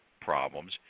problems